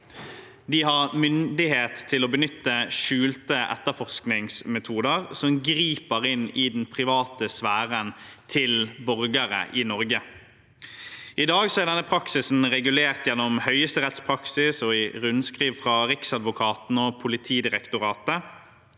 De har myndighet til å benytte skjulte etterforskningsmetoder som griper inn i den private sfæren til borgere i Norge. I dag er dette regulert gjennom høyesterettspraksis og i rundskriv fra Riksadvokaten og Politidirektoratet.